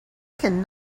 can